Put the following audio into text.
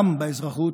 גם באזרחות,